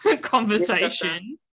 conversation